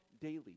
daily